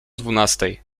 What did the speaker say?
dwunastej